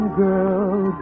girl